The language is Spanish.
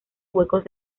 huecos